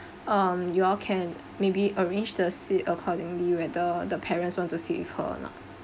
um you all can maybe arrange the seat accordingly whether the parents want to sit with her or not